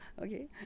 okay